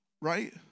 Right